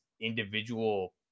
individual